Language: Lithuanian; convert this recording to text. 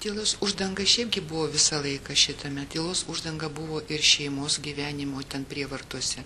kilus uždangai šiaipgi buvo visą laiką šitame tylos uždanga buvo ir šeimos gyvenimo ten prievartose